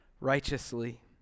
righteously